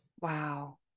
Wow